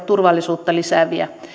turvallisuutta lisääviä